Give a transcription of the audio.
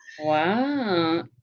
Wow